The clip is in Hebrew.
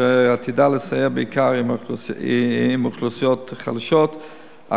אשר עתידה לסייע בעיקר לאוכלוסיות חלשות,